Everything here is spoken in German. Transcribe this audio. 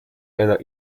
einer